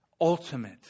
ultimate